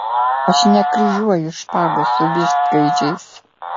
aš nekryžiuoju špagos su vištgaidžiais